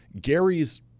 Gary's